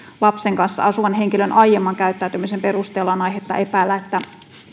lapsen kanssa asuvan henkilön aiemman käyttäytymisen perusteella on aihetta epäillä että